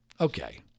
okay